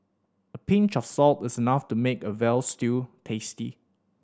a pinch of salt is enough to make a veal stew tasty